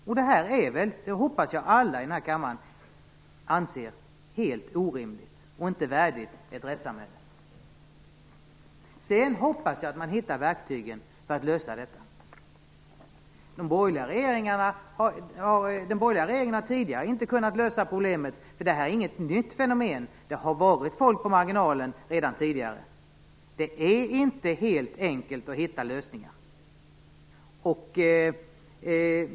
Jag hoppas att alla i denna kammare inser att detta är helt orimligt och att det inte är värdigt ett rättssamhälle. Jag hoppas att man hittar verktygen för att lösa detta problem. Den tidigare, borgerliga regeringen kunde inte lösa problemet. Detta är ju inget nytt fenomen. Människor har befunnit sig på marginalen redan tidigare. Det är inte helt enkelt att finna lösningar.